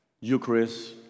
Eucharist